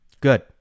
Good